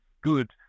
good